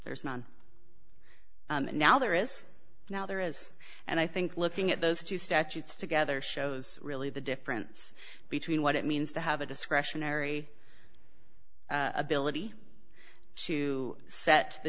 there's none now there is now there is and i think looking at those two statutes together shows really the difference between what it means to have a discretionary ability to set the